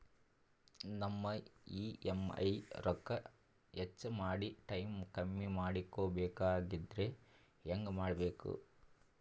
ನಮ್ಮ ಇ.ಎಂ.ಐ ರೊಕ್ಕ ಹೆಚ್ಚ ಮಾಡಿ ಟೈಮ್ ಕಮ್ಮಿ ಮಾಡಿಕೊ ಬೆಕಾಗ್ಯದ್ರಿ ಹೆಂಗ ಮಾಡಬೇಕು?